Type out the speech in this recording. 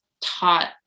taught